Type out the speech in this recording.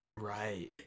Right